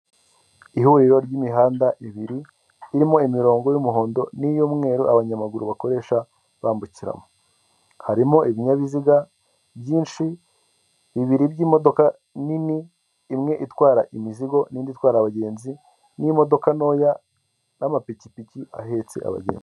Ihuriro ry'imihanda ibiri irimo imirongo y'umuhondo n'iy'umweru abanyamaguru bakoresha bambukiramo, harimo ibinyabiziga byinshi bibiri by'imodoka nini imwe itwara imizigo n'indi itwara abagenzi, n'imodoka ntoya n'amapikipiki ahetse abagenzi.